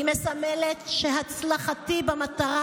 היא מסמלת שהצלחתי במטרה